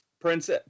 Prince